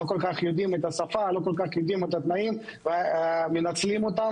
הם לא כול כך יודעים את השפה ואת התנאים ומנצלים אותם